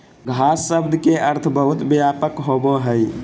घास शब्द के अर्थ बहुत व्यापक होबो हइ